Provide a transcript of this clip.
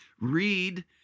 read